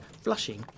Flushing